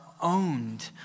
owned